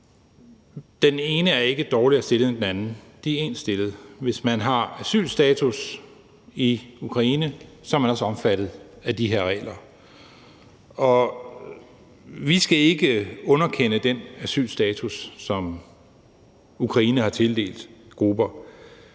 Den ene er ikke dårligere stillet end den anden. De er ens stillet. Hvis man har asylstatus i Ukraine, er man også omfattet af de her regler, og vi skal ikke underkende den asylstatus, som Ukraine har tildelt grupper.